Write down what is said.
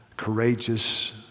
courageous